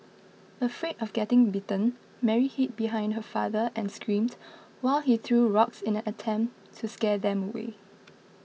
afraid of getting bitten Mary hid behind her father and screamed while he threw rocks in an attempt to scare them away